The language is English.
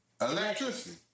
Electricity